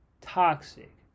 toxic